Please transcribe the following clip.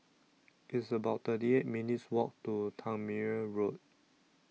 It's about thirty eight minutes' Walk to Tangmere Road